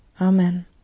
Amen